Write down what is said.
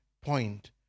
point